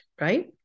right